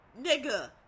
nigga